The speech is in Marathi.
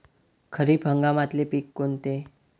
खरीप हंगामातले पिकं कोनते?